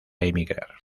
emigrar